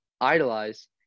idolize